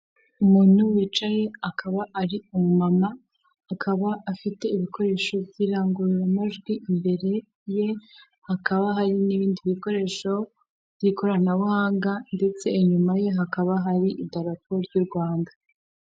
Umuntu wicaye akaba ari umu mama, akaba afite ibikoresho by'irangururamajwi imbere ye, hakaba hari n'ibindi bikoresho by'ikoranabuhanga ndetse inyuma ye hakaba hari idarapo ry'u Rwanda.